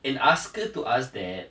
an asker to ask that